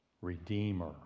redeemer